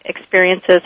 experiences